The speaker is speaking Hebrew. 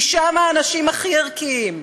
כי שם האנשים הכי ערכיים,